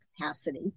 capacity